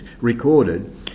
recorded